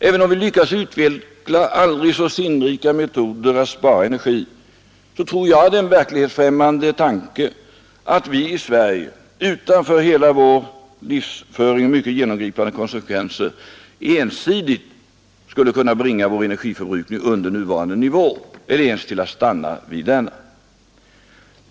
Även om vi lyckas utveckla aldrig så sinnrika metoder att spara energi, tror jag att det är en verklighetsfrämmande tanke att vi i Sverige utan för hela vår livsföring mycket genomgripande konsekvenser ensidigt skulle kunna bringa vår energiförbrukning under nuvarande nivå eller ens till att stanna vid denna.